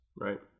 right